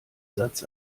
satz